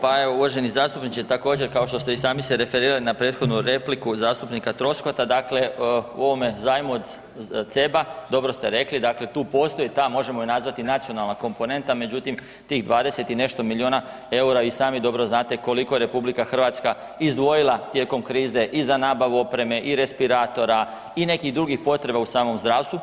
Pa evo uvaženi zastupniče također kao što ste se i sami referirali na prethodnu repliku zastupnika Troskota, dakle u ovome zajmu od CEB-a dobro ste rekli tu postoji ta možemo je nazvati nacionalna komponenta, međutim 20 i nešto milijuna eura i sami dobro znate koliko RH izdvojila tijekom krize i za nabavu opreme i respiratora i nekih drugih potreba u samom zdravstvu.